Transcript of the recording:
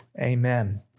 Amen